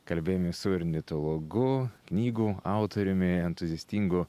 kalbėjomės su ornitologu knygų autoriumi entuziastingu